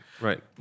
Right